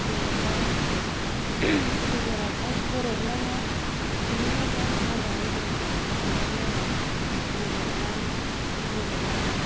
जेनेबा गेजेरावहाय गोरोबनाया थिगैनो दं मोजाङै दं अनलाय लायनाय गोरोबनाय जेनेबा